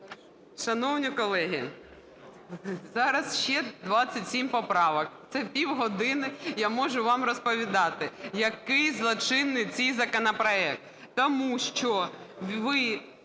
Шановні колеги, зараз ще 27 поправок, це півгодини я можу вам розповідати, який злочинний цей законопроект, тому що ви